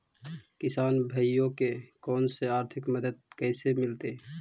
किसान भाइयोके कोन से आर्थिक मदत कैसे मीलतय?